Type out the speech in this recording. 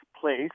place